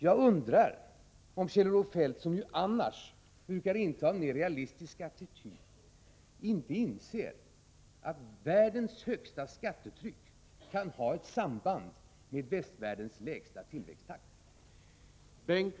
Jag undrar om Kjell-Olof Feldt, som ju annars brukar inta en mer realistisk attityd, inte inser att världens högsta skattetryck kan ha ett samband med västvärldens lägsta tillväxt.